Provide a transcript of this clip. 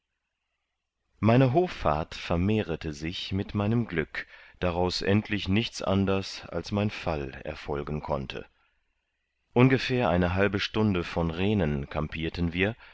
meine hoffart vermehrete sich mit meinem glück daraus endlich nichts anders als mein fall erfolgen konnte ungefähr eine halbe stunde von rehnen kampierten wir